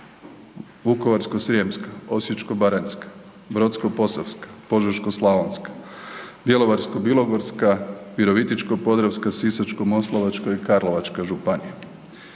Vukovarsko-srijemska, Osječko-baranjska, Brodsko-posavska, Požeško-slavonska, Bjelovarsko-bilogorska, Virovitičko-podravska, Sisačko-moslavačka i Karlovačka županija,